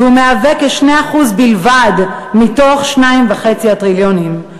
והוא מהווה כ-2% בלבד מתוך 2.5 הטריליונים.